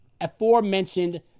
aforementioned